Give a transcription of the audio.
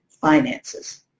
finances